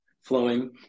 flowing